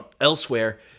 elsewhere